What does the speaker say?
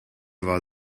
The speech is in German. war